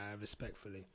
respectfully